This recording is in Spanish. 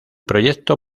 proyecto